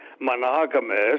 monogamous